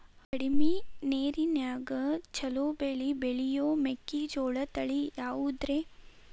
ಕಡಮಿ ನೇರಿನ್ಯಾಗಾ ಛಲೋ ಬೆಳಿ ಬೆಳಿಯೋ ಮೆಕ್ಕಿಜೋಳ ತಳಿ ಯಾವುದ್ರೇ?